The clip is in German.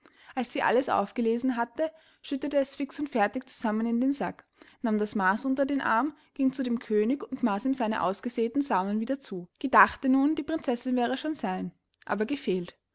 als sie alles aufgelesen hatten schüttete es fix und fertig zusammen in den sack nahm das maaß unter den arm ging zu dem könig und maaß ihm seinen ausgesäten samen wieder zu gedachte nun die prinzessin wäre schon sein aber gefehlt